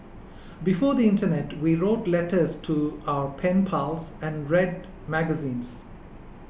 before the internet we wrote letters to our pen pals and read magazines